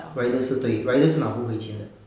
riders 是对 riders 是拿不回钱的